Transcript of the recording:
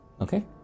okay